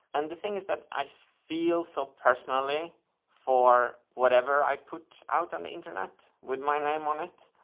and the thing is that i feel so personally for whatever i put out on the internet with my name on it,